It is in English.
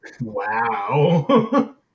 Wow